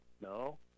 no